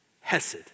hesed